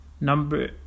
Number